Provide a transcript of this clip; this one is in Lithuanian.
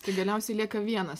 tai galiausiai lieka vienas